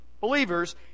believers